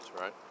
right